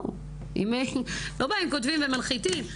לא באים, כותבים ומנחיתים.